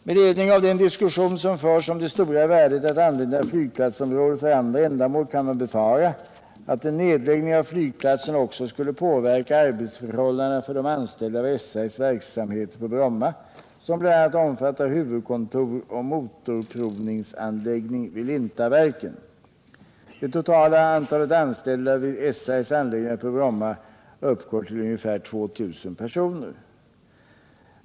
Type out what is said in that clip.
Med ledning av den diskussion som förts om det stora värdet av att använda flygplatsområdet för andra ändamål kan man befara att en nedläggning av flygplatsen också skulle påverka arbetsförhållandena för de anställda vid SAS verksamheter på Bromma, som bl.a. omfattar huvudkontor och motorprovningsanläggning vid Lintaverken. Det totala antalet anställda vid SAS anläggningar på Bromma uppgår till ungefär 2000 personer.